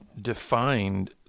defined